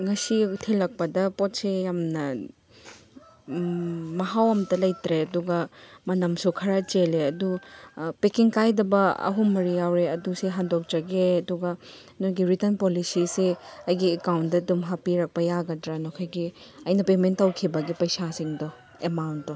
ꯉꯁꯤ ꯊꯤꯜꯂꯛꯄꯗ ꯄꯣꯠꯁꯦ ꯌꯥꯝꯅ ꯃꯍꯥꯎ ꯑꯝꯇ ꯂꯩꯇ꯭ꯔꯦ ꯑꯗꯨꯒ ꯃꯅꯝꯁꯨ ꯈꯔ ꯆꯦꯜꯂꯦ ꯑꯗꯨ ꯑꯗꯨ ꯄꯦꯛꯀꯤꯡ ꯀꯥꯏꯗꯕ ꯑꯍꯨꯝ ꯃꯔꯤ ꯌꯥꯎꯋꯦ ꯑꯗꯨꯁꯤ ꯍꯟꯗꯣꯛꯆꯒꯦ ꯑꯗꯨꯒ ꯅꯣꯏꯒꯤ ꯔꯤꯇꯟ ꯄꯣꯂꯣꯁꯤꯁꯦ ꯑꯩꯒꯤ ꯑꯦꯛꯀꯥꯎꯟꯗ ꯑꯗꯨꯝ ꯍꯥꯞꯄꯤꯔꯛꯄ ꯌꯥꯒꯗ꯭ꯔꯥ ꯅꯈꯣꯏꯒꯤ ꯑꯩꯅ ꯄꯦꯃꯦꯟ ꯇꯧꯈꯤꯕꯒꯤ ꯄꯩꯁꯥꯁꯤꯡꯗꯣ ꯑꯦꯃꯥꯎꯟꯗꯣ